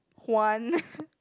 one